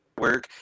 work